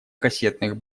кассетных